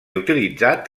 utilitzat